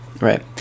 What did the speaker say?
right